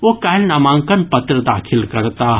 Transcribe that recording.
ओ काल्हि नामांकन पत्र दाखिल करताह